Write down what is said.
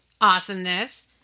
awesomeness